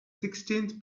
sixteenth